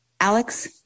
Alex